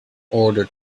order